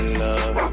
love